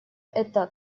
это